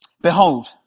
Behold